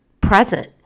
present